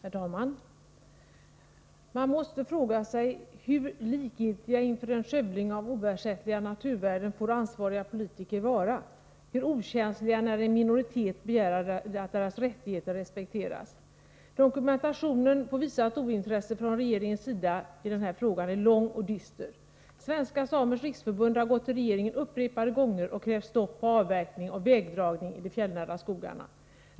Herr talman! Man måste fråga sig hur likgiltiga inför en skövling av oersättliga naturvärden ansvariga politiker får vara. Hur okänsliga får de vara när en minoritet begär att deras rättigheter respekteras? Dokumentationen på visat ointresse från regeringens sida i den här frågan är lång och dyster. Svenska samers riksförbund har gått till regeringen upprepade gånger och krävt stopp på avverkning och vägdragning i de fjällnära skogarna.